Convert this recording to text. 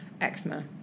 eczema